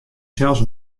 sels